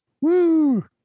Woo